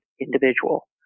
individual